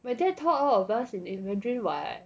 my dad taught all of us in in mandarin [what]